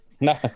no